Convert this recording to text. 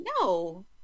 no